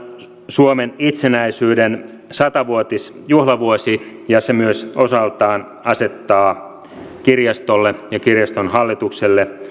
suomen itsenäisyyden satavuotisjuhlavuosi ja se myös osaltaan asettaa kirjastolle ja kirjaston hallitukselle